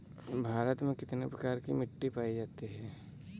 भारत में कितने प्रकार की मिट्टी पाई जाती है?